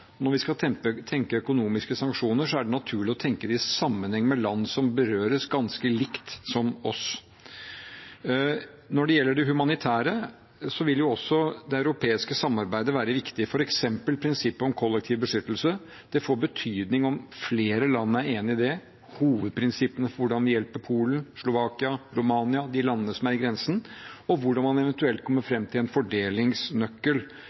Når vi skal tenke økonomiske sanksjoner, er det naturlig å tenke det i sammenheng med land som berøres ganske likt som oss. Når det gjelder det humanitære, vil også det europeiske samarbeidet være viktig, f.eks. prinsippet om kollektiv beskyttelse. Det får betydning om flere land er enige om det, om hovedprinsippene for hvordan vi hjelper Polen, Slovakia, Romania, de landene som er langs grensen, og hvordan man eventuelt kommer